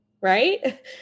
right